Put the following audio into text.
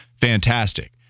fantastic